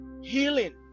Healing